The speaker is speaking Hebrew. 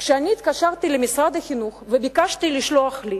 כשהתקשרתי למשרד החינוך וביקשתי לשלוח לי